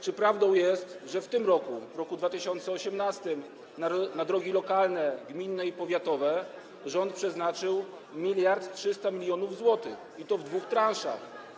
Czy prawdą jest, że w tym roku, w roku 2018, na drogi lokalne, gminne i powiatowe rząd przeznaczył 1300 mln zł, i to w dwóch transzach?